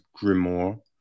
grimoire